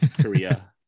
korea